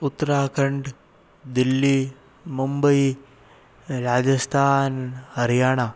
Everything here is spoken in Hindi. उत्तराखण्ड दिल्ली मुंबई राजस्थान हरियाणा